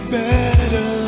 better